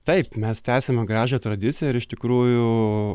taip mes tęsiame gražią tradiciją ir iš tikrųjų